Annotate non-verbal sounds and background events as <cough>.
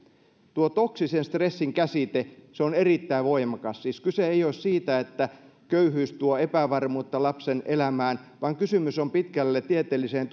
tuo toksisen stressin käsite on erittäin voimakas siis kyse ei ole siitä että köyhyys tuo epävarmuutta lapsen elämään vaan kysymys on pitkälle tieteelliseen <unintelligible>